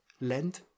lend